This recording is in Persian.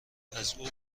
ازاو